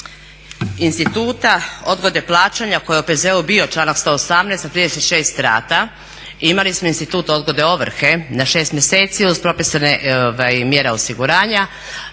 instituta odgode plaćanja koji je u OPZ-u bio članak 118. na 36 rata i imali smo institut odgode ovrhe na 6 mjeseci uz propisane mjere osiguranje.